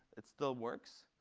it still works.